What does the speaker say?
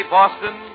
Boston